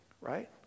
Right